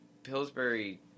Pillsbury